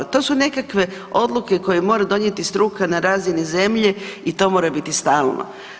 To su nekakve odluke koje mora donijeti struka na razini zemlje i to mora biti stalno.